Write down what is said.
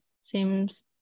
seems